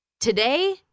today